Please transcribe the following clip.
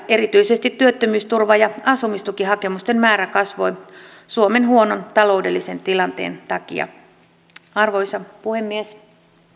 erityisesti työttömyysturva ja asumistukihakemusten määrä kasvoi suomen huonon taloudellisen tilanteen takia arvoisa puhemies